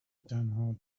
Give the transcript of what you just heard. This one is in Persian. تنها